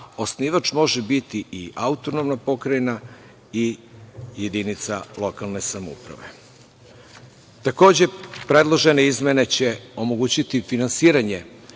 osnivač može biti i AP i jedinica lokalne samouprave. Takođe, predložene izmene će omogućiti finansiranje